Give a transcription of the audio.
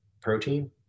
protein